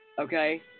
Okay